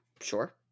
sure